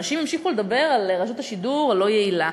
אנשים המשיכו לדבר על רשות השידור הלא-יעילה,